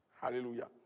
Hallelujah